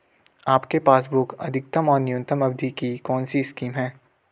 आपके पासबुक अधिक और न्यूनतम अवधि की कौनसी स्कीम है?